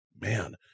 man